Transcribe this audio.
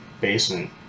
basement